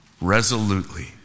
resolutely